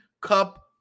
Cup